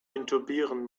intubieren